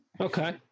Okay